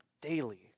Daily